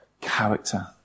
character